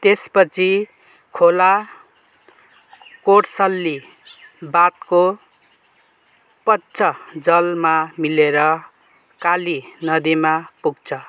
त्यसपछि खोला कोडसल्ली बाँधको पश्चजलमा मिलेर काली नदीमा पुग्छ